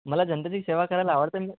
मला जनतेची सेवा करायला आवडते